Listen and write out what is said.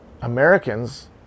Americans